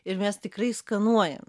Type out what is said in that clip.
ir mes tikrai skanuojam